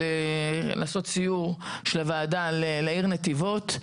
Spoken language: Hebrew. לעשות סיור של הוועדה לעיר נתיבות,